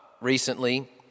recently